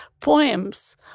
poems